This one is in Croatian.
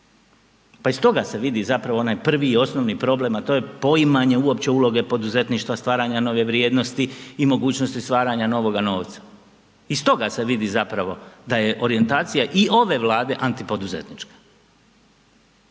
Pa iz toga se vidi zapravo onaj prvi i osnovni problem, a to je poimanje uopće uloge poduzetništva, stvaranja nove vrijednosti i mogućnosti stvaranja novoga novca. Iz toga se vidi zapravo da je orijentacija ove Vlade antipoduzetnička.